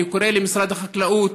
אני קורא למשרד החקלאות,